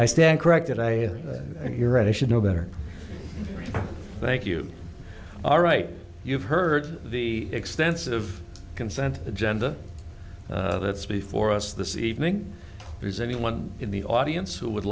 i stand corrected i hear i should know better thank you all right you've heard the extensive consent agenda that's before us this evening is anyone in the audience who would